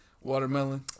watermelon